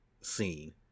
scene